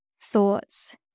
thoughts